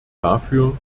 dafür